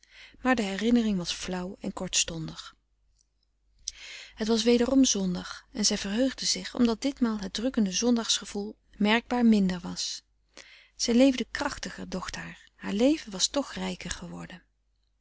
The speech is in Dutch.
maar de herinnering was flauw en kortstondig het was wederom zondag en zij verheugde zich omdat ditmaal het drukkende zondags gevoel merkbaar minder was zij leefde krachtiger docht haar haar leven was toch rijker geworden